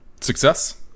Success